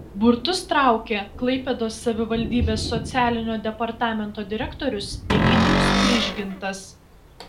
burtus traukė klaipėdos savivaldybės socialinio departamento direktorius egidijus prižgintas